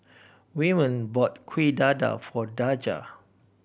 Wyman bought Kuih Dadar for Daja